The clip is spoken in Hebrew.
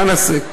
מה נעשה?